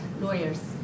lawyers